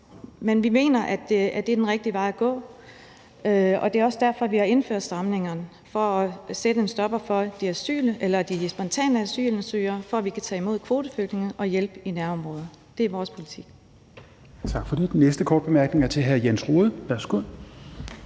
Men vi mener, at det er den rigtige vej at gå, og det er også derfor, at vi har indført stramningerne: at sætte en stopper for de spontane asylansøgere, for at vi kan tage imod kvoteflygtninge og hjælpe i nærområder. Det er vores politik.